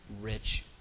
rich